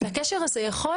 הקשר הזה יכול